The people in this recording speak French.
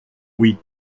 oui